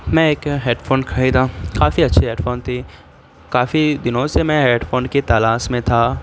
میں ایک headphone خریدا ہوں کافی اچھی ہیڈ فون تھی کافی دنوں سے میں ہیڈ فون کی تلاش میں تھا